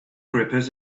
grippers